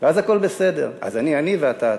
ואז הכול בסדר, אז אני, ואתה אתה.